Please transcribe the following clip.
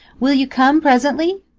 will you come presently?